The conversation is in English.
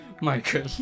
Michael